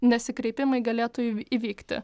nesikreipimai galėtų į įvykti